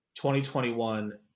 2021